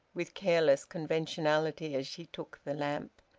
with careless conventionality, as she took the lamp.